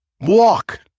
Walk